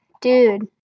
Dude